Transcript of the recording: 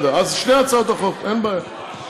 אז שתי הצעות החוק, אין בעיה.